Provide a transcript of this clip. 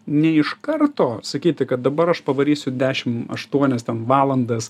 ne iš karto sakyti kad dabar aš pavarysiu dešim aštuonias valandas